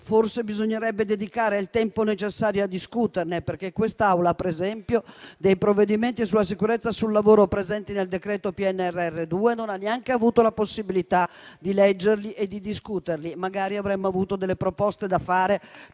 forse bisognerebbe dedicare il tempo necessario a discuterne. Questa Assemblea, per esempio, i provvedimenti sulla sicurezza sul lavoro presenti nel decreto PNRR 2, non ha neanche avuto la possibilità di leggere e di discuterli; magari avremmo avuto delle proposte da fare